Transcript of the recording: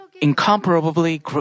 incomparably